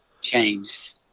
changed